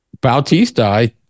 Bautista